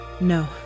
No